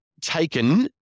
Taken